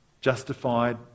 justified